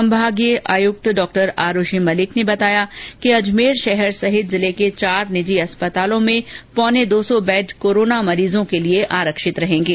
संभागीय आयुक्त डॉ आरुषि मेलिक ने बताया कि अजमेर शहर सहित जिले र्के चार निजी अस्पतालों में पौने दो सौ बैड कोरोना मरीजों के लिए आरक्षित रहेंगे